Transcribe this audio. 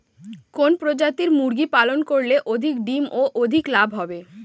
কোন প্রজাতির মুরগি পালন করলে অধিক ডিম ও অধিক লাভ হবে?